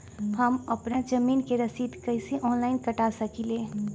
हम अपना जमीन के रसीद कईसे ऑनलाइन कटा सकिले?